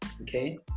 Okay